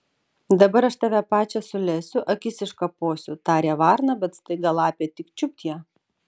dabar aš tave pačią sulesiu akis iškaposiu tarė varna bet staiga lapė tik čiupt ją